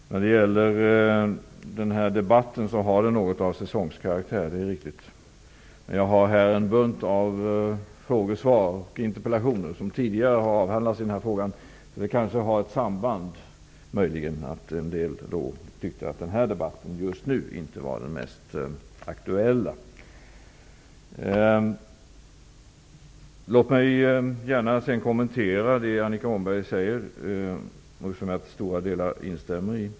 Det är riktigt att den här debatten har något av säsongskaraktär. Men jag har här en bunt frågor och interpellationer i den här frågan som tidigare har avhandlats, och det har möjligen ett samband med att en del ledamöter tyckte att den här debatten inte var den mest aktuella just nu. Låt mig gärna kommentera det Annika Åhnberg säger, som jag till stora delar instämmer i.